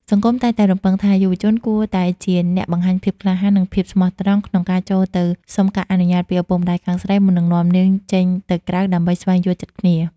សង្គមតែងតែរំពឹងថា យុវជនគួរតែជាអ្នកបង្ហាញភាពក្លាហាន និងភាពស្មោះត្រង់ក្នុងការចូលទៅសុំការអនុញ្ញាតពីឪពុកម្ដាយខាងស្រី មុននឹងនាំនាងចេញទៅក្រៅដើម្បីស្វែងយល់ចិត្តគ្នា។